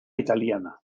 italiana